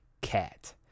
Cat